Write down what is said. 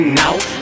now